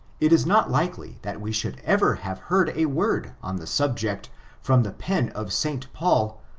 it is not likely that we should ever have heard a word on the subject from the pen of st. paul,